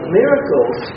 miracles